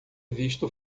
visto